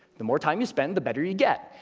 the more time you spend, the better you get.